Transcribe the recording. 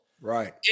Right